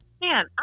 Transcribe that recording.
Man